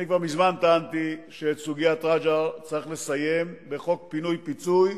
אני כבר מזמן טענתי שאת סוגיית רג'ר צריך לסיים בחוק פינוי-פיצוי,